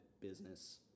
business